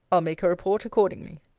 i'll make a report accordingly.